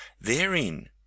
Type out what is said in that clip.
therein